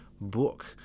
book